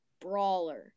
brawler